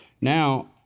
Now